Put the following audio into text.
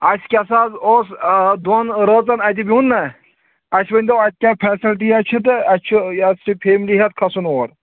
اَسہِ کیٛاہ سا حظ اوس دۄن رٲژَن اَتہِ بِہُن نا اَسہِ ؤنۍتَو اَتہِ کیٛاہ فیسَلٹیا چھِ تہٕ اَسہِ چھُ یہِ حظ فیملی ہٮ۪تھ کھَسُن اور